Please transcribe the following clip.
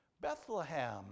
Bethlehem